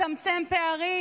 מצמצם פערים?